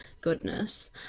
goodness